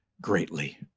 greatly